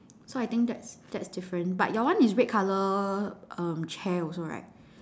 so I think that's that's different but your one is red color um chair also right